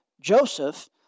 Joseph